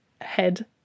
head